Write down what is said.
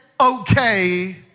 okay